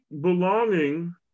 belonging